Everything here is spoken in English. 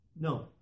No